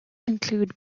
include